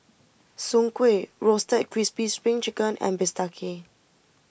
Soon Kuih Roasted Crispy Spring Chicken and Bistake